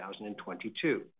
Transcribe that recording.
2022